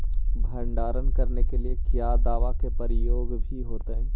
भंडारन करने के लिय क्या दाबा के प्रयोग भी होयतय?